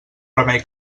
remei